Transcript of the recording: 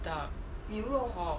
duck pork